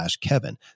kevin